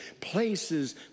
places